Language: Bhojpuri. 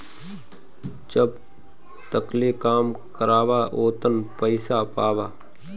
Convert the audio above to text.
जब तकले काम करबा ओतने पइसा पइबा